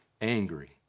angry